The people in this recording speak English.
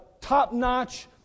top-notch